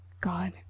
God